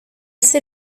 sait